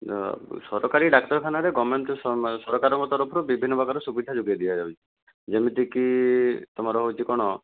ସରକାରୀ ଡାକ୍ତର ଖାନାରେ ଗଭର୍ଣ୍ଣମେଣ୍ଟ ସରକାର ତରଫରୁ ବିଭିନ୍ନ ପ୍ରକାର ସୁବିଧା ଯୋଗେଇ ଦିଆଯାଉଛି ଯେମିତି କି ତୁମର ହେଉଛି କ'ଣ